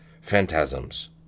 phantasms